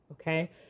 Okay